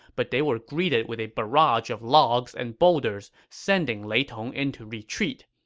but they were greeted with a barrage of logs and boulders, sending lei tong into retreat.